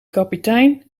kapitein